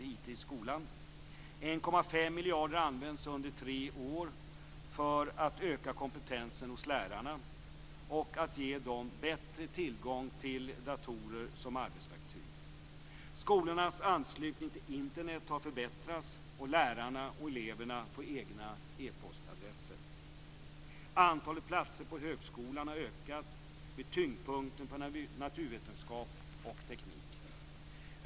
1,5 miljarder används under tre år för att öka kompetensen hos lärarna och ge dem bättre tillgång till datorer som arbetsverktyg. Skolornas anslutning till Internet har förbättrats, och lärarna och eleverna får egna e-postadresser. · Antalet platser på högskolan har ökat, med tyngdpunkt på naturvetenskap och teknik.